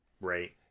Right